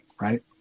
right